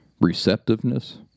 receptiveness